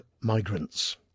Migrants